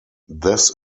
this